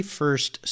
first